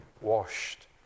washed